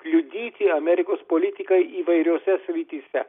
kliudyti amerikos politikai įvairiose srityse